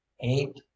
eight